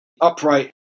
upright